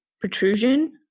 protrusion